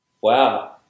Wow